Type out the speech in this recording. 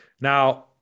Now